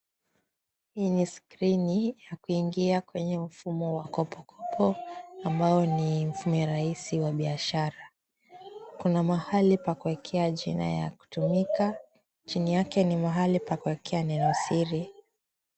Hii ni skrini ya kuingia kwenye mfumo wa kopokopo ambayo ni mfumo wa rahisi wa biashara kuna mahali pa kuekea jina ya kutumika chini yake ni mahali pa kuekea neno siri.